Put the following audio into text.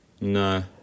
No